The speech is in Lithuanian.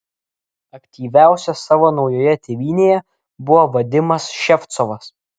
aktyviausias savo naujoje tėvynėje buvo vadimas ševcovas